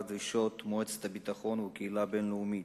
דרישות מועצת הביטחון והקהילה הבין-לאומית: